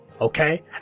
Okay